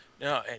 No